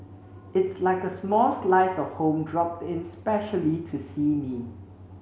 it's like a small slice of home dropped in specially to see me